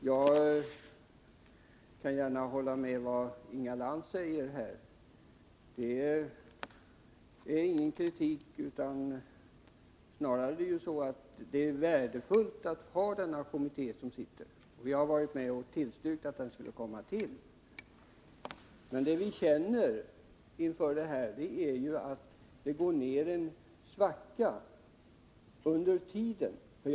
Jag kan gärna instämma i vad Inga Lantz säger: Det rör sig inte om någon kritik mot abortkommittén, utan snarare menar vi att det är värdefullt att ha den kommitté som sitter — jag har också varit med och tillstyrkt att den skulle komma till. Men det vi känner är att det blir en svacka i mellantiden.